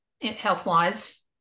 health-wise